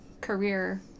career